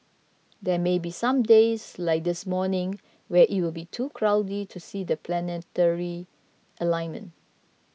there may be some days like this morning where it will be too cloudy to see the planetary alignment